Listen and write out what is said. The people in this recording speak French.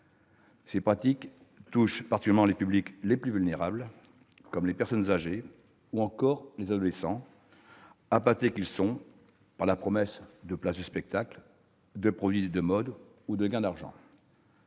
Ces pratiques touchent particulièrement les publics les plus vulnérables, comme les personnes âgées ou les adolescents, appâtés par la promesse de places de spectacle, de produits de mode ou de gains d'argent.